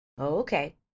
Okay